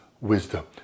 wisdom